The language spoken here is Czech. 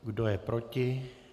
Kdo je proti?